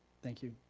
thank you.